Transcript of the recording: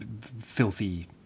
filthy